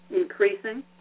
increasing